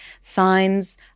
Signs